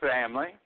family